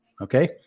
okay